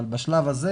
אבל בשלב הזה,